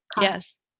Yes